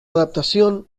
adaptación